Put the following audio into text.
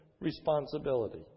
responsibility